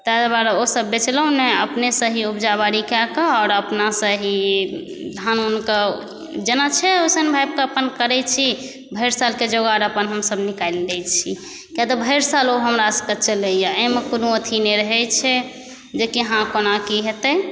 ताहि दुआरे ओसब बेचलहुँ नहि अपनहिसँ ही उपजा बाड़ी कऽ कऽ आओर अपनासँ ही धान उसनिकऽ जेना छै ओसभ आबिकऽ अपन करै छी भरि सालके जोगाड़ अपन हमसब निकालि लै छी किएक तऽ भरि साल ओ हमरसबके चलैए ओहिमे कोनो अथी नहि रहै छै जेकि हँ कोना की हेतै